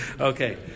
Okay